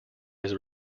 his